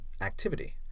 activity